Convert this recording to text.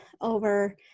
over